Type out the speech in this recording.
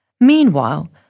Meanwhile